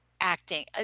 acting